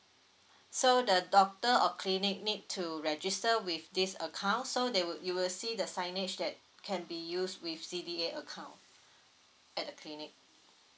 so the doctor or clinic need to register with this account so they would you will see the signage that can be used with C_D_A account at the clinic